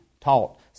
taught